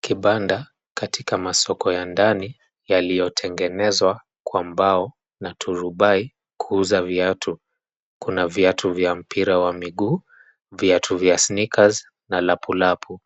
Kibanda katika masoko ya ndani yaliyo tengenezwa kwa mbao na turubai kuuza viatu kuna viatu vya mpira wa miguu viatu vya(cs) sneakers na lapu lapu